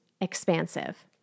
expansive